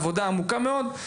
עבודה עמוקה מאוד.